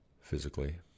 physically